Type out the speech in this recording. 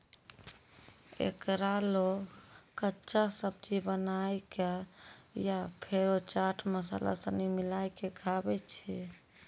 एकरा लोग कच्चा, सब्जी बनाए कय या फेरो चाट मसाला सनी मिलाकय खाबै छै